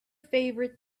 favorite